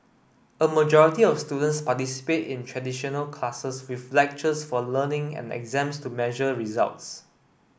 a majority of students participate in traditional classes with lectures for learning and exams to measure results